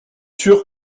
sûr